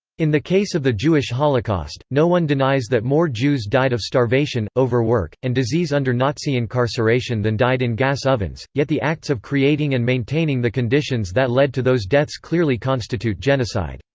in the case of the jewish holocaust, no one denies that more jews died of starvation, overwork, and disease under nazi incarceration than died in gas ovens, yet the acts of creating and maintaining the conditions that led to those deaths clearly constitute genocide.